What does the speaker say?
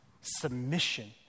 submission